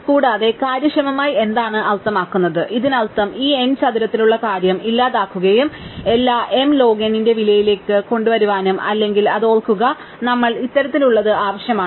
കൂടാതെ കാര്യക്ഷമമായി എന്താണ് അർത്ഥമാക്കുന്നത് ഇതിനർത്ഥം ഈ n ചതുരത്തിലുള്ള കാര്യം ഇല്ലാതാക്കാനും എല്ലാം m log n ന്റെ വിലയിലേക്ക് കൊണ്ടുവരാനും അല്ലെങ്കിൽ ഇത് ഓർക്കുക നമുക്ക് ഇത്തരത്തിലുള്ളത് ആവശ്യമാണ്